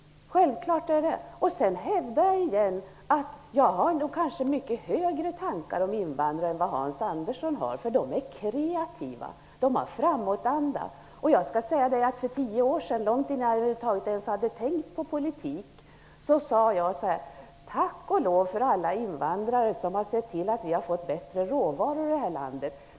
Jag hävdar åter att jag nog har mycket högre tankar om invandrare än vad Hans Andersson har. De är kreativa och de har framåtanda. För tio år sedan, långt innan jag över huvud taget ens hade börjat tänka på politik, sade jag: Tack och lov för alla invandrare som har sett till att vi har fått bättre råvaror här i landet.